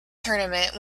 tournament